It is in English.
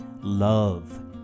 love